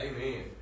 Amen